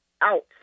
out